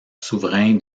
souverain